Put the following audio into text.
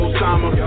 Osama